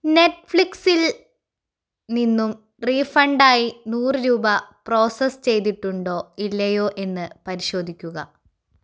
നെറ്റ്ഫ്ലിക്സിൽ നിന്നും റീഫണ്ട് ആയി നൂറ് രൂപ പ്രോസസ്സ് ചെയ്തിട്ടുണ്ടോ ഇല്ലയോ എന്ന് പരിശോധിക്കുക